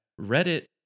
reddit